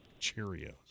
Cheerios